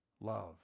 Love